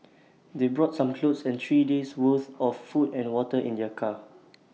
they brought some clothes and three days' worth of food and water in their car